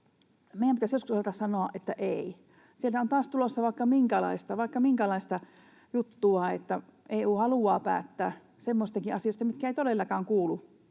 meidän pitäisi joskus osata sanoa, että ei. Sieltä on taas tulossa vaikka minkälaista juttua, että EU haluaa päättää semmoisistakin asioista, mitkä eivät todellakaan kuulu